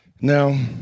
Now